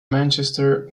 manchester